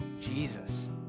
Jesus